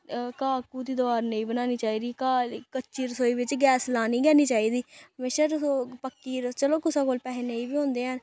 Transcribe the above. घाऽ घूऽ दी दवार नेईं बनानी चाहिदी घाऽ आहली कच्ची रसोई बिच्च गैस लानी गै निं चाहिदी हमेशा रसोऽ पक्की चलो कुसै कोल पैसै नेईं बी होंदे हैन